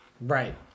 Right